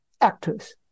actors